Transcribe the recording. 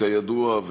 כידוע,